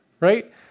right